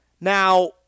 Now